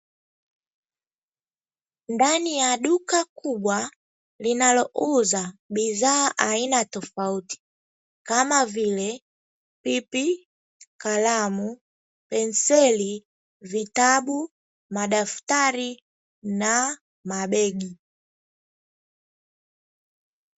Ndani ya duka kubwa linalouza bidhaa aina tofauti kama vile: pipi, kalamu, penseli, vitabu, madaftari na mabegi.